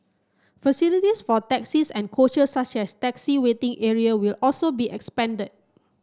facilities for taxis and coach such as taxi waiting area will also be expanded